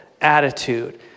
attitude